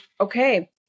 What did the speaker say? okay